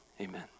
amen